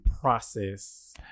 process